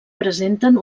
presenten